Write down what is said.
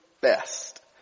best